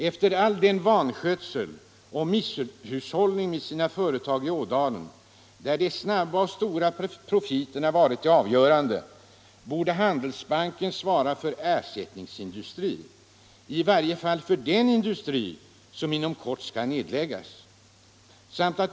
Efter all vanskötsel av och misshushållning med sina företag i Ådalen, där de snabba och stora profiterna varit det avgörande, borde Handelsbanken svara för ersättningsindustri, i varje fall för den industri som inom kort skall nedläggas.